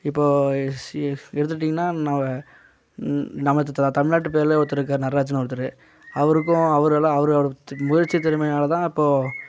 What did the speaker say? இப்போது சிஎஸ் எடுத்துக்கிட்டீங்கன்னால் நம்ம நமது த தமிழ்நாட்டு பேரில் ஒருத்தருக்காரு நட்ராஜர்னு ஒருத்தரு அவருக்கும் அவர் எல்லாம் அவர் முயற்சி திறமையால் தான் இப்போது